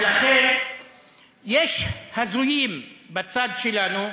ולכן, ולכן, יש הזויים בצד שלנו,